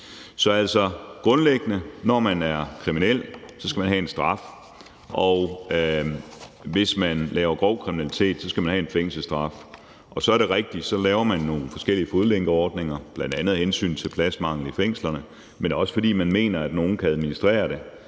Så altså, grundlæggende gælder det, at når man er kriminel, skal man have en straf, og at hvis man begår grov kriminalitet, så skal man have en fængselsstraf. Og så er det rigtigt, at man laver nogle forskellige fodlænkeordninger, bl.a. af hensyn til pladsmangel i fængslerne, men også fordi man mener, at nogle kan administrere det